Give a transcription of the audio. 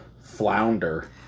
flounder